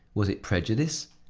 was it prejudice?